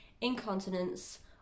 incontinence